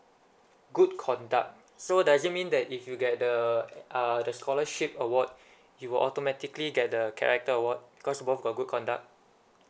good conduct so does it mean that if you get the uh the scholarship award you will automatically get the character award cause both are good conduct